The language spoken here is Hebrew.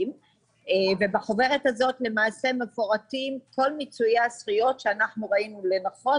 ובחוברת מפורטים כל מיצויי הזכויות שראינו לנכון,